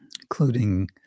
including